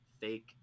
fake